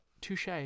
touche